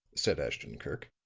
said ashton-kirk,